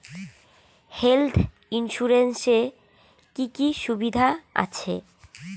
Health insurance এ কি কি সুবিধা আছে?